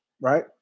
right